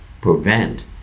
prevent